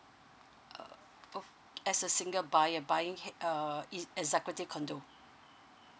uh as a single buyer buying err executive condo